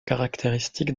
caractéristique